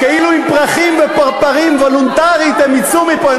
כאילו עם פרחים ופרפרים וולונטרית הם יצאו מפה.